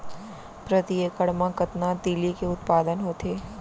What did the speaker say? प्रति एकड़ मा कतना तिलि के उत्पादन होथे?